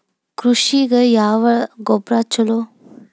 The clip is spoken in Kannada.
ಕೃಷಿಗ ಯಾವ ಗೊಬ್ರಾ ಛಲೋ?